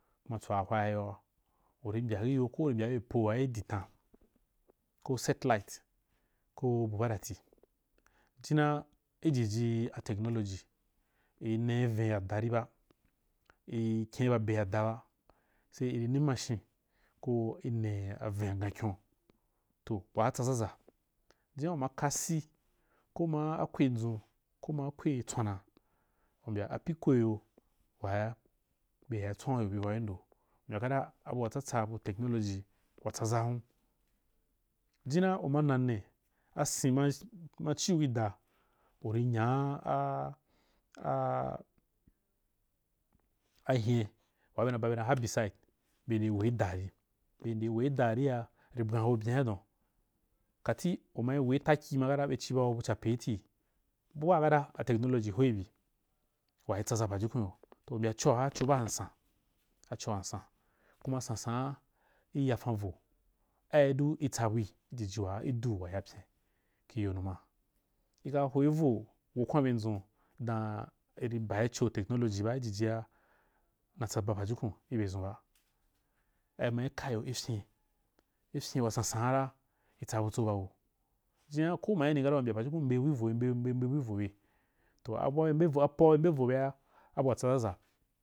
Kuma tswahwaayoa uri mbya iyo ko uri mbya ibepo wuiditan ko setilite koo bu barati china, ijijii technology, ineiven ya da rib a, i kini babe ya da ba. se iri ne mashin ko ne aven agan kyon toh waatsa zaza jina uma kasi ko maa kawei nzun ka ma akwe tswana u mbya a piko iya waa beya tswauyo bibau indo, mbya’ara abuatsatsa b technology watsaza hun, jinau uma nane asen ma machiu ida, uri nyaa a-a ahin waa bena babe dan habiside be ndei weda ari be ndei we ida’ara, i bwan ho byenadon kati umai we takai makata bechi ba echaertii bu baa kara a techonology hoi bi, waitsaza pajukun yo toh u mbya choara ach oban san, achonsan kuma sansana iyafa nvo, aidu itsabiu jiji waa idu wa yapyim kiyo numa, ika hoivo wokwan benzun da’a iri baicho technology ba ijija na tsa pajukum ibezunba, aima ikayo kin ifyin, wasansan’ara itsa buyso na’u jin’a ko uma yani kara uri mbya pajukun mbei bui vo be mbeimbei mbeibu ivobe. toh abua be mbei bo apoa be mbe bo be’a abua tsazaza